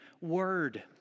word